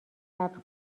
صبر